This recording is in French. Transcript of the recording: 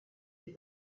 les